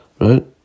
right